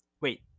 Wait